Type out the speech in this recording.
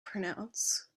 pronounce